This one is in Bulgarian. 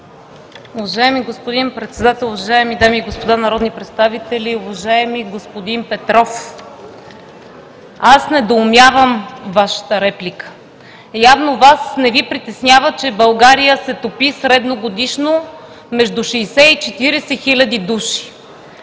Уважаеми господин Председател, уважаеми дами и господа народни представители! Уважаеми господин Петров, аз недоумявам Вашата реплика. Явно Вас не Ви притеснява, че България се топи средногодишно между 60 и 40 хиляди души.